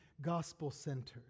gospel-centered